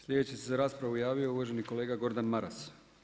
Slijedeći se za raspravu javio uvaženi kolega Gordan Maras.